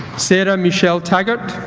sarah michelle taggart